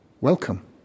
welcome